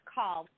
Call